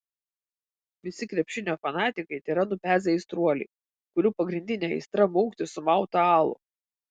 visi krepšinio fanatikai tėra nupezę aistruoliai kurių pagrindinė aistra maukti sumautą alų